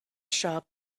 shop